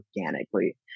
organically